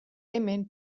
hemen